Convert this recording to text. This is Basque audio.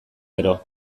gero